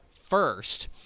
first